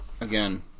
again